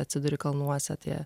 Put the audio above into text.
atsiduri kalnuose tie